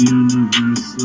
universe